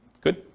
Good